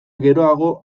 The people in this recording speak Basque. geroago